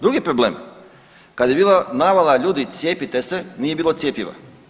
Drugi problem, kad je bila navala ljudi cijepite se nije bilo cjepiva.